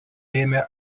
lėmė